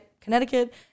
Connecticut